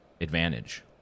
advantage